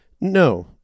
No